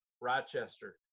Rochester